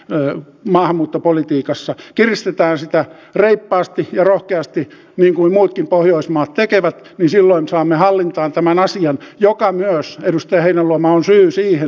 täällä maahanmuuttopolitiikassa kirsti taas reippaasti ja rohkeasti niinkuin muutkin pohjoismaat tekevät eli silloin saamme hallintaan tämän asian joka myös edustaja heinäluoma on syy siihen